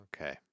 Okay